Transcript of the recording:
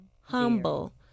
Humble